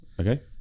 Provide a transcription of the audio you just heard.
okay